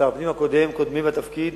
שר הפנים הקודם, קודמי בתפקיד,